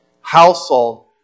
household